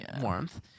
warmth